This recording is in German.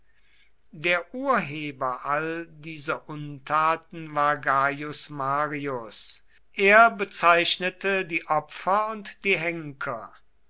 der urheber all dieser untaten war gaius marius er bezeichnete die opfer und die henker